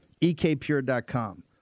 EKPure.com